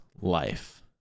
life